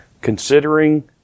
considering